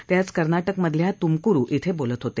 ते आज कर्नाटकमधल्या तुमक्रु इथं बोलत होते